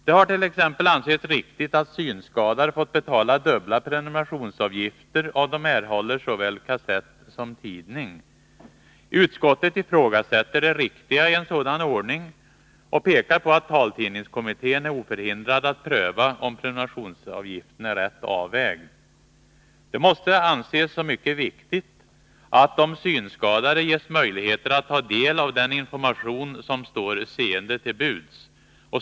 Det har t.ex. ansetts riktigt att synskadade fått betala dubbla prenumerationsavgifter om de erhållit såväl kassett som tidning. Utskottet ifrågasätter det riktiga i en sådan ordning och påpekar att taltidningskommittén är oförhindrad att pröva om prenumerationsavgiften är rätt avvägd. Det måste anses som mycket viktigt att de synskadade ges ökade möjligheter att ta del av den information som står seende till buds.